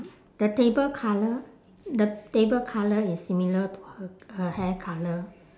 the table colour the table colour is similar to her her hair colour